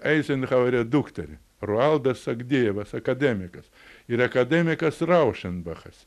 eizenhauerio dukterį rualdas akdejevas akademikas ir akademikas raušenbachas